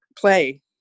play